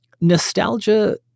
nostalgia